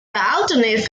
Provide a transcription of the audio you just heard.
alternative